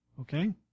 okay